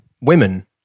women